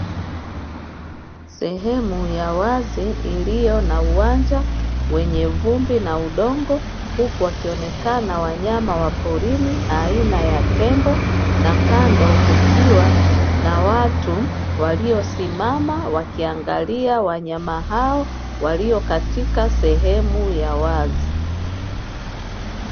Sehemu ya wazi iliyo na uwanja wenye vumbi na udongo, huku wakionekana wanyama wa porini aina ya tembo na kando, kukiwa na watu waliosimama wakiangalia wanyama hao walio katika sehemu ya wazi.